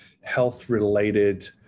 health-related